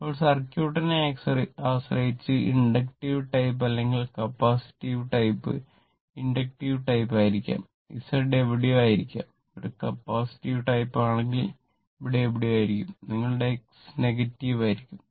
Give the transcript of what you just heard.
ഇപ്പോൾ സർക്യൂട്ടിനെ ആശ്രയിച്ച് ഇൻഡക്റ്റീവ് ടൈപ്പ് അല്ലെങ്കിൽ കപ്പാസിറ്റീവ് ടൈപ്പ് ഇൻഡക്റ്റീവ് ടൈപ്പ് ആയിരിക്കും